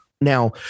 Now